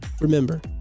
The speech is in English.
Remember